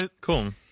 cool